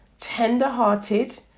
tender-hearted